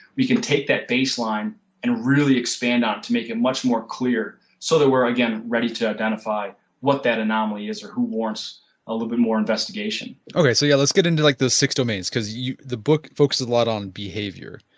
we can take that baseline and really expand on to make it much more clear so that we are again ready to identify what that anomaly is or who warrants a little bit more investigation okay. so, yeah, let's get into like those six domains because the book focuses a lot on behavior.